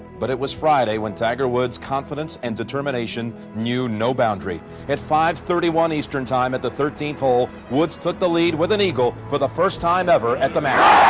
but it was friday when tiger woods, confidence and determination knew no boundaries at five. thirty-one eastern time at the thirteenth hole woods took the lead with an eagle for the first time ever at the masters.